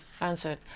answered